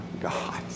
God